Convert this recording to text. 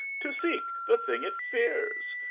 to seek the thing it fears!